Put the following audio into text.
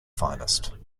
finest